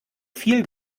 viel